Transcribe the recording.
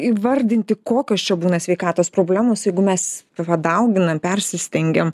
įvardinti kokios čia būna sveikatos problemos jeigu mes padauginam persistengiam